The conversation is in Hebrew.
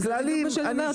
זה בדיוק מה שאני אומרת,